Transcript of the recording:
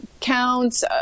counts